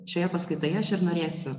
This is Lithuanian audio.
šioje paskaitoje aš ir norėsiu